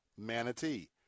Manatee